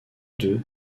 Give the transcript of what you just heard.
deux